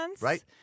Right